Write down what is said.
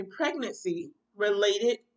pregnancy-related